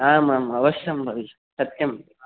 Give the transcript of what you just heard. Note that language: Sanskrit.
आम् आम् अवश्यं भविष्यति सत्यं